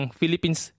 Philippines